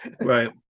right